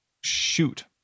shoot